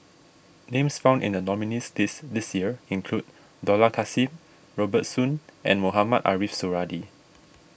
names found in the nominees' list this year include Dollah Kassim Robert Soon and Mohamed Ariff Suradi